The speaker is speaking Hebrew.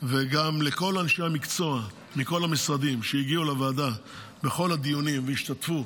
וגם לכל אנשי המקצוע מכל המשרדים שהגיעו לוועדה לכל הדיונים והשתתפו